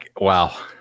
wow